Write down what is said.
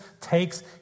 takes